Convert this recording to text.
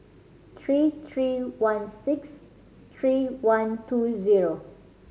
three three one six three one two zero